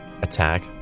Attack